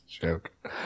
joke